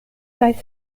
kaj